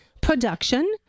production